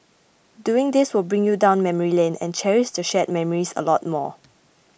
doing this will bring you down memory lane and cherish the shared memories a lot more